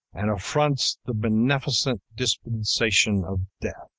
and affronts the beneficent dispensation of death!